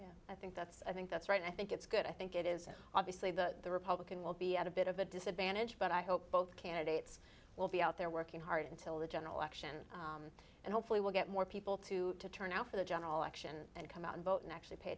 and i think that's i think that's right and i think it's good i think it is obviously the republican will be at a bit of a disadvantage but i hope both candidates will be out there working hard until the general election and hopefully we'll get more people to turn out for the general election and come out and vote and actually pay